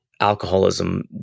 alcoholism